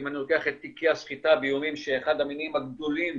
אם אני לוקח את תיקי הסחיטה באיומים שאחד המניעים הגדולים